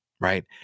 right